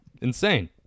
Insane